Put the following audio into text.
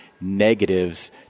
negatives